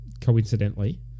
coincidentally